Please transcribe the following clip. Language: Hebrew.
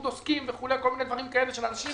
עוסקים וכל מיני דברים כאלה של אנשים